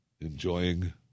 Enjoying